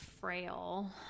frail